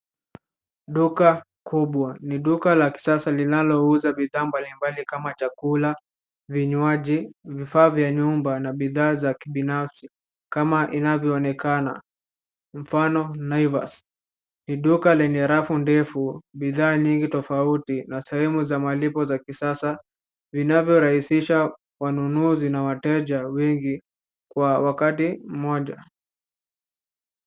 Duka kubwa, ni duka la kisasa linalouza bidhaa mbalimbali kama chakula, vinywaji, vifaa vya nyumba na bidhaa za kibinafsi kama inavyoonekana. Mfano naivas, ni duka lenye rafu ndefu bidhaa nyingi tofauti na sehemu za malipo za kisasa. Vinavyorahisisha wanunuzi na wateja wengi wa wakati mmoja.